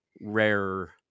rare